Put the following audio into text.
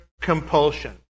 compulsion